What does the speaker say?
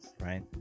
right